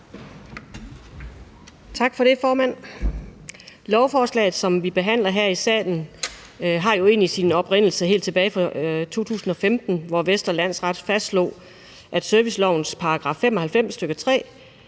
Tak for det, formand. Lovforslaget, som vi behandler her i salen, har jo egentlig sin oprindelse helt tilbage i 2015, hvor Vestre Landsret fastslog, at servicelovens § 95, stk. 3,